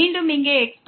மீண்டும் இங்கே x4